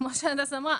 כמו שהדס אמרה,